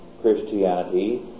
Christianity